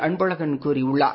அன்பழகன் கூறியுள்ளார்